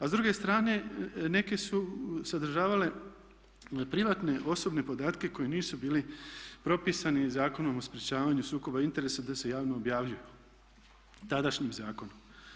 A s druge strane neke su sadržavale privatne osobne podatke koji nisu bili propisani Zakonom o sprječavanju sukoba interesa da se javno objavljuju tadašnjim zakonom.